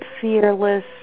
fearless